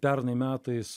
pernai metais